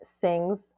sings